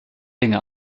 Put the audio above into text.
dinge